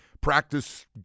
practice